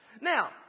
Now